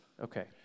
Okay